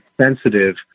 sensitive